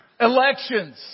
Elections